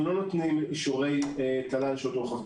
אנחנו לא נותנים אישורי תל"ן לשעות רוחב.